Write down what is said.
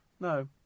No